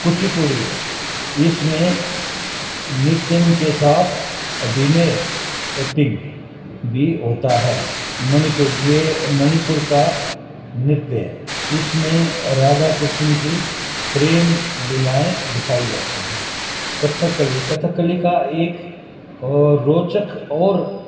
کچی پوڑی ہے اس میں نتیم کے ساتھ بھی ہوتا ہے منیپور یہ منیپور کا نرتیہ ہے اس میں رادھا کرشن کی پریم لیلائیں دکھائی جاتی ہیں کتھاکلی کتھاکلی کا ایک روچک اور